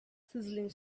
sizzling